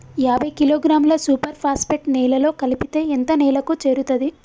యాభై కిలోగ్రాముల super phosphate నేలలో కలిపితే ఎంత నేలకు చేరుతది?